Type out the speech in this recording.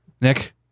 Nick